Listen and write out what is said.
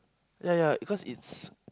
ya ya because it's